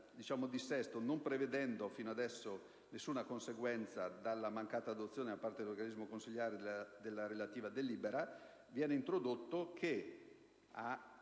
non prevede, fino adesso, nessuna conseguenza dalla mancata adozione da parte dell'organismo consiliare della relativa delibera, viene introdotta la